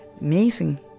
Amazing